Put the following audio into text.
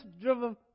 driven